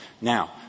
Now